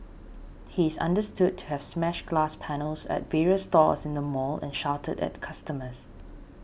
he is understood to have smashed glass panels at various stores in the mall and shouted at customers